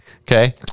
Okay